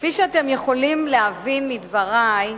כפי שאתם יכולים להבין מדברי,